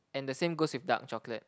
and the same goes with dark chocolate